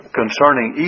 concerning